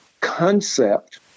concept